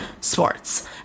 sports